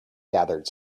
gathered